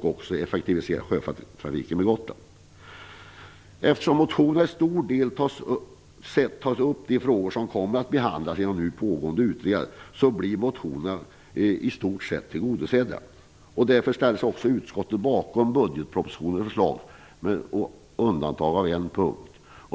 och effektivisera sjötrafiken med Eftersom motionerna i huvudsak tar upp de frågor som kommer att behandlas i de nu pågående utredningarna, blir motionerna i stort sett tillgodosedda. Därför ställer sig utskottet bakom förslaget i budgetpropositionen, med undantag av en punkt.